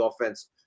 offense